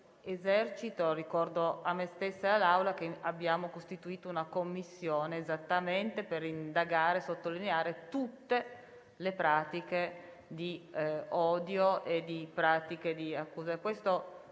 esercito, ricordo a me stessa e all'Assemblea che abbiamo costituito una Commissione esattamente per indagare e sottolineare tutte le pratiche di odio. Lo abbiamo ritenuto